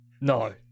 No